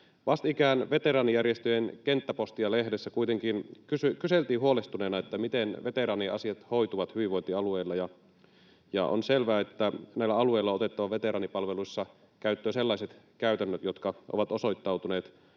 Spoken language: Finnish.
Vastikään veteraanijärjestöjen Kenttäpostia-lehdessä kuitenkin kyseltiin huolestuneena, miten veteraaniasiat hoituvat hyvinvointialueilla, ja on selvää, että näillä alueilla on otettava veteraanipalveluissa käyttöön sellaiset käytännöt, jotka ovat osoittautuneet